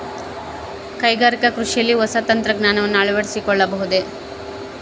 ಕೈಗಾರಿಕಾ ಕೃಷಿಯಲ್ಲಿ ಹೊಸ ತಂತ್ರಜ್ಞಾನವನ್ನ ಅಳವಡಿಸಿಕೊಳ್ಳಬಹುದೇ?